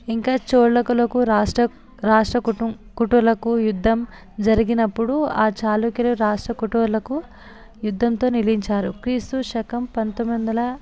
ఇంకా చోళకులకు రాష్ట్ర రాష్ట్రకుటుం కుటులకు యుద్ధం జరిగినప్పుడు ఆ చాళుక్యలు రాష్ట్రకూటులకు యుద్ధంతో నిలిచారు క్రీస్తు శకం పంతొమ్మిది వందల